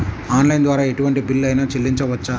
Online ద్వారా ఎటువంటి bill అయినా చెల్లించవచ్చా?